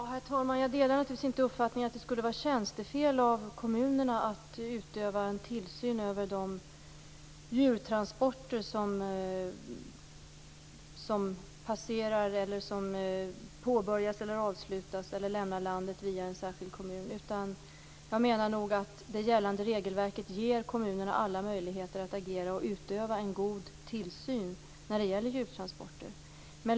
Herr talman! Jag delar naturligtvis inte uppfattningen att det skulle vara tjänstefel av kommunerna att utöva en tillsyn över de djurtransporter som passerar, påbörjas, avslutas eller lämnar landet via kommunen. Jag menar nog att det gällande regelverket ger kommunerna alla möjligheter att agera och utöva en god tillsyn när det gäller djurtransporter.